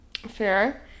Fair